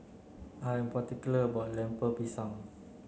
I am particular about Lemper Pisang